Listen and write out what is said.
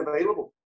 available